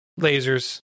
lasers